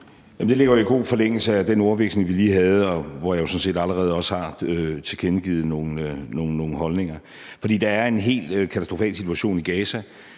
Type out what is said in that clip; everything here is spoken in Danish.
det ligger jo i god forlængelse af den ordveksling, vi lige havde, og hvor jeg sådan set også allerede tilkendegav nogle holdninger. For der er en helt katastrofal situation i Gaza